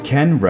Ken